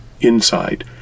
inside